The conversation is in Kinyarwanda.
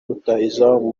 rutahizamu